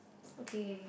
okay okay